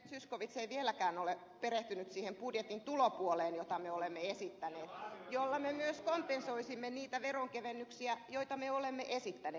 zyskowicz ei vieläkään ole perehtynyt siihen budjetin tulopuoleen jota me olemme esittäneet ja jolla me myös kompensoisimme niitä veronkevennyksiä joita me olemme esittäneet